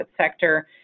sector